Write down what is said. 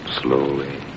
slowly